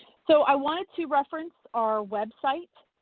so i wanted to reference our website.